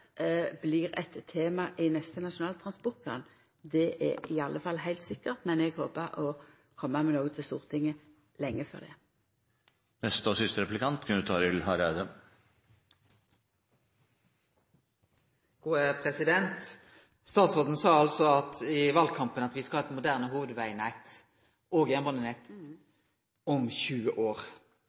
blir eit tema i neste Nasjonal transportplan, er iallfall heilt sikkert, men eg håper å koma med noko til Stortinget lenge før det. Statsråden sa i valkampen at me skal ha eit moderne hovudvegnett og jernbanenett om 20 år.